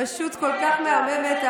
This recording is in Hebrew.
פשוט כל כך מהממת,